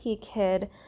Kid